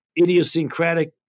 idiosyncratic